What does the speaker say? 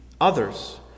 others